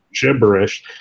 gibberish